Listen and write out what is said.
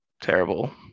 terrible